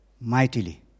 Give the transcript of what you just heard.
mightily